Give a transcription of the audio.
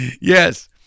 Yes